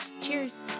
Cheers